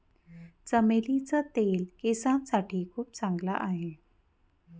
चमेलीचे तेल केसांसाठी खूप चांगला आहे